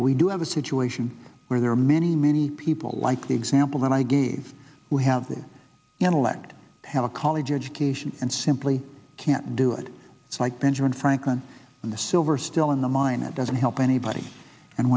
we do have a situation where there are many many people like the example that i gave we have this intellect have a college education and simply can't do it it's like benjamin franklin and the silver still in the mine it doesn't help anybody and